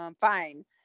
fine